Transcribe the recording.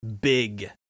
big